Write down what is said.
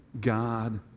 God